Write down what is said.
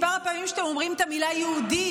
מספר הפעמים שאתם אומרים את המילה "יהודי",